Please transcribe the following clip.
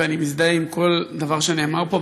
ואני מזדהה עם כל דבר שנאמר פה.